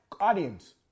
audience